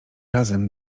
razem